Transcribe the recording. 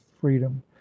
freedom